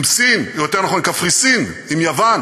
עם סין, יותר נכון עם קפריסין, עם יוון,